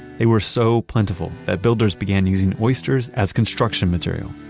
they were so plentiful that builders began using oysters as construction material.